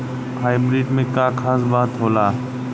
Hybrid में का खास बात होला?